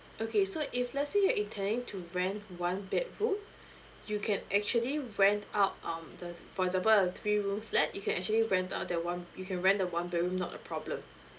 okay so if let's say you're intending to rent one bedroom you can actually rent out um the for example a three room flat you can actually rent out that one you can rent the one bedroom not a problem